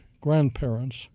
grandparents